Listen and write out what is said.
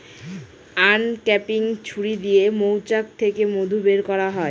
uncapping ছুরি দিয়ে মৌচাক থেকে মধু বের করা হয়